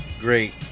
great